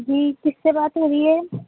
جی کس سے بات ہو رہی ہے